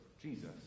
Jesus